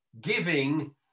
giving